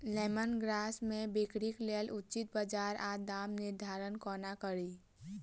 Lemon grass केँ बिक्रीक लेल उचित बजार आ दामक निर्धारण कोना कड़ी?